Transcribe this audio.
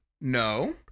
No